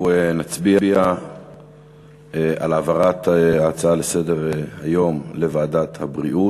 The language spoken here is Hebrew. אנחנו נצביע על העברת ההצעה לסדר-היום לוועדת הבריאות.